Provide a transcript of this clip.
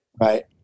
Right